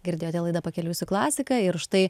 girdėjote laidą pakeliui su klasika ir štai